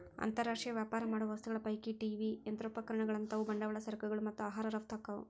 ಅಂತರ್ ರಾಷ್ಟ್ರೇಯ ವ್ಯಾಪಾರ ಮಾಡೋ ವಸ್ತುಗಳ ಪೈಕಿ ಟಿ.ವಿ ಯಂತ್ರೋಪಕರಣಗಳಂತಾವು ಬಂಡವಾಳ ಸರಕುಗಳು ಮತ್ತ ಆಹಾರ ರಫ್ತ ಆಕ್ಕಾವು